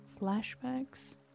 flashbacks